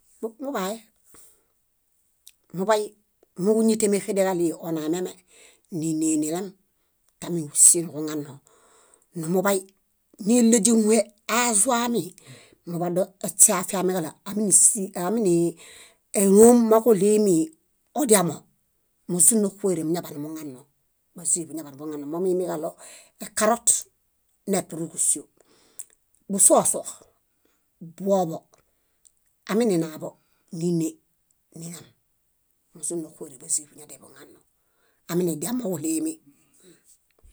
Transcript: Muḃae, muḃay móġuñetemexedẽġaɭii onameme níne nilem támiġusii nuġuŋano. Numuḃay níileźumuhe aazuami, imuḃado eśeeafimiġaɭo áminisi áminilom moġuɭimi odiamo, mozuni nóxuere muñaḃanumuŋano, bázii buñaḃanuḃuŋano, momuimiġaɭo ekarot népiruġusio. Busuoso, boḃo, amininaḃo níne nilem, mozuni nóxuere bázii buñaḃanuḃuŋano, aminidiamoġuɭimi.